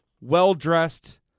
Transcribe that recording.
well-dressed